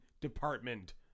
department